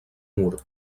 mur